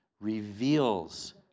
reveals